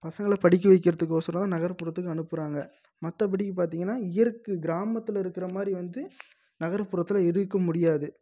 பசங்களை படிக்க வைக்கிறத்துக்கோசரம் நகர்புறத்துக்கு அனுப்புறாங்கள் மற்ற படி பார்த்தீங்கனா இயற்கை கிராமத்தில் இருக்கிற மாதிரி வந்து நகர்புறத்தில் இருக்க முடியாது